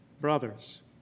Brothers